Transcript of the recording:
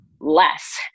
less